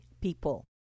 people